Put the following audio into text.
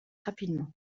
rapidement